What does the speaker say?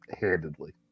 handedly